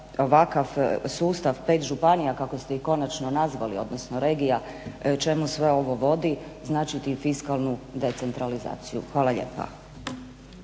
ovakav sustav pet županija kako ste ih konačno nazvali odnosno regija, čemu sve ovo vodi, značiti i fiskalnu decentralizaciju. Hvala lijepa.